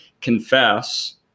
confess